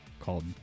called